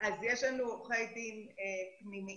יש לנו עורכי דין פנימיים